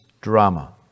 drama